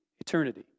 eternity